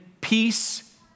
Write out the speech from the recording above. peace